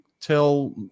tell